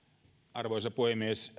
arvoisa puhemies